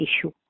issue